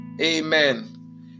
amen